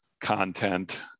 content